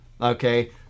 Okay